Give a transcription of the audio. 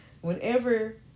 whenever